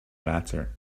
latter